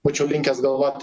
būčiau linkęs galvot